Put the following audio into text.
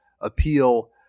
appeal